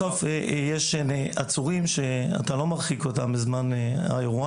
בסוף יש עצורים שאתה לא מרחיק אותם בזמן האירוע,